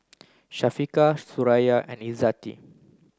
Syafiqah Suraya and Izzati